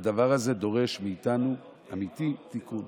והדבר הזה דורש מאיתנו, אמיתי, תיקון.